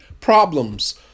problems